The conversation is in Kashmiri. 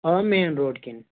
آ مین روڈ کِنۍ